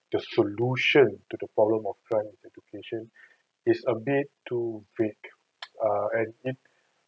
the solution to the problem of crime with education is a bit too great ah and it